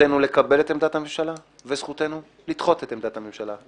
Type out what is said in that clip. זכותנו לקבל את עמדת הממשלה וזכותנו לדחות את עמדת הממשלה.